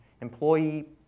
employee